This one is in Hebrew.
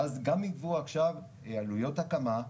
ואז גם יגבו עכשיו עלויות הקמה,